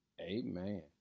amen